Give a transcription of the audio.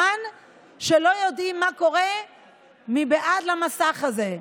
כשלא יודעים מה קורה מבעד למסך הזה,